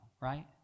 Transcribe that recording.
right